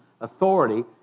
authority